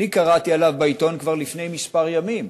אני קראתי עליו בעיתון כבר לפני כמה ימים.